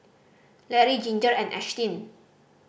Larry Ginger and Ashtyn